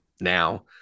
now